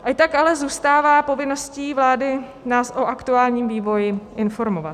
I tak ale zůstává povinností vlády nás o aktuálním vývoji informovat.